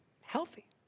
healthy